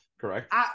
correct